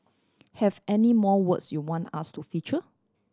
have any more words you want us to feature